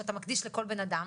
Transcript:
שאתה מקדיש לכל בנאדם,